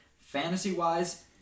fantasy-wise